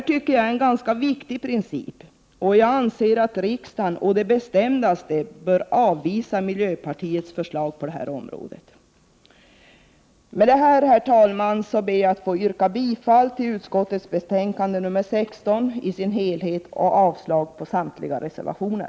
Detta är en viktig princip, och jag anser att riksdagen å det bestämdaste bör avvisa miljöpartiets förslag. Med detta, herr talman, ber jag att få yrka bifall till utskottets hemställan i betänkande nr 16 i sin helhet och avslag på samtliga reservationer.